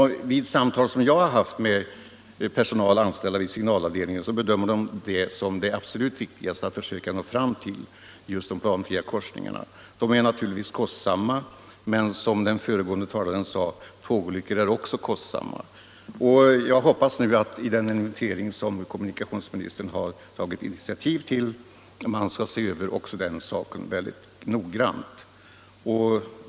Av samtal som jag har haft med personer anställda vid signalavdelningen har framgått att även de anser att det är mycket viktigt att åstadkomma fler planskilda korsningar. De är naturligtvis kostsamma men, som den föregående talaren sade, tågolyckor är också kostsamma. Jag hoppas att man vid den inventering som kommunikationsministern har tagit initiativ till skall se över också den frågan mycket noggrant.